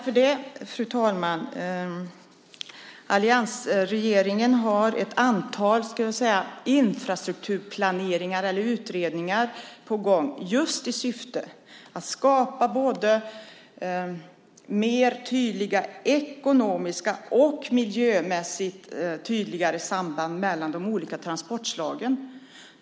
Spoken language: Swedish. Fru talman! Alliansregeringen har ett antal infrastrukturutredningar på gång, just i syfte att skapa tydligare ekonomiska och miljömässiga samband mellan de olika transportslagen.